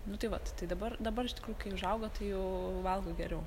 nu tai vat tai dabar dabar iš tikrųjų kai užaugo tai jau valgo geriau